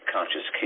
Conscious